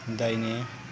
दाहिने